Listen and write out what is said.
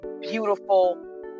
beautiful